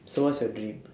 so what's your dream